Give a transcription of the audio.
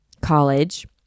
college